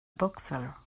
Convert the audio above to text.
bookseller